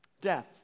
Death